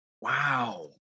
Wow